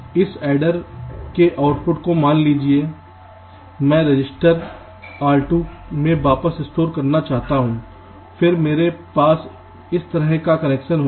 और इस अड्डेर के आउटपुट को मान लीजिए मैं रजिस्टर आर 2 में वापस स्टोर करना चाहता हूं फिर मेरे पास इस तरह का कनेक्शन होगा